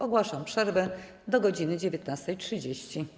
Ogłaszam przerwę do godz. 19.30.